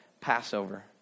Passover